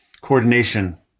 coordination